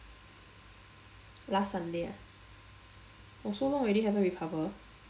last sunday ah oh so long already haven't recover